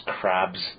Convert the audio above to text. crabs